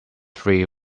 free